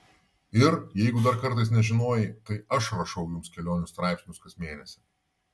ir jeigu dar kartais nežinojai tai aš rašau jums kelionių straipsnius kas mėnesį